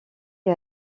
est